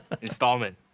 installment